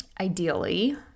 ideally